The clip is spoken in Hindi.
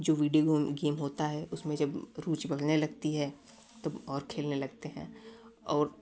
जो विडिओ गेम होता है उसमें जब रूचि बढ़ने लगती है तब और खेलने लगते हैं और